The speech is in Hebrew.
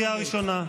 קריאה ראשונה.